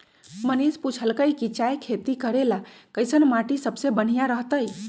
मनीष पूछलकई कि चाय के खेती करे ला कईसन माटी सबसे बनिहा रहतई